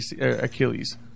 Achilles